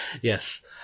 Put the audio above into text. Yes